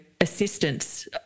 assistance